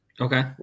Okay